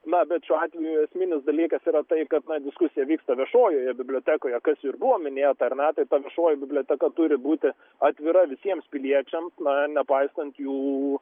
na bet šiuo atveju esminis dalykas yra tai kad na diskusija vyksta viešojoje bibliotekoje kas ir buvo minėta ar ne tai ta viešoji biblioteka turi būti atvira visiems piliečiam na nepaisant jų